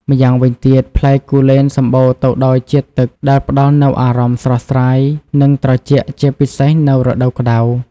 ម្យ៉ាងវិញទៀត ផ្លែគូលែនសម្បូរទៅដោយជាតិទឹក ដែលផ្ដល់នូវអារម្មណ៍ ស្រស់ស្រាយ និងត្រជាក់ ជាពិសេសនៅរដូវក្ដៅ។